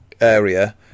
area